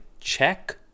check